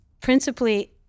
principally